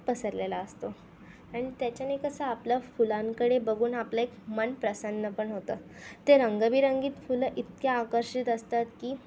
पसरलेला असतो आणि त्याच्यानी कसं आपलं फुलांकडे बगून आपलं एक मन प्रसन्न पण होतं ते रंगबिरंगी फुलं इतके आकर्षित असतात की